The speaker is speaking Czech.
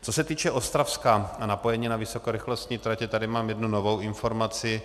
Co se týče Ostravska, napojení na vysokorychlostní tratě, tady mám jednu novou informaci.